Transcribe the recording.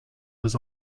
was